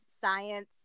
science